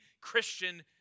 Christian